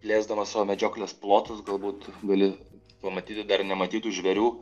plėsdamas savo medžioklės plotus galbūt gali pamatyti dar nematytų žvėrių